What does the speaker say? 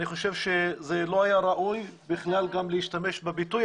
אני חושב שזה לא היה ראוי להשתמש בביטוי